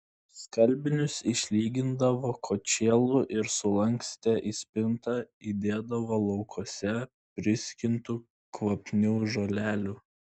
skalbinius išlygindavo kočėlu ir sulankstę į spintą įdėdavo laukuose priskintų kvapnių žolelių